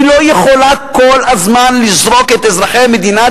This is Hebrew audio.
היא לא יכולה כל הזמן לזרוק את אזרחי מדינת